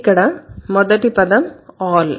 ఇక్కడ మొదటి పదం 'all'